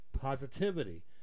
positivity